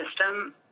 system